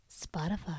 Spotify